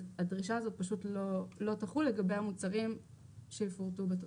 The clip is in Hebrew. אז הדרישה הזאת לא תחול לגבי המוצרים שיפורטו בתוספת.